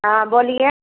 हाँ बोलिए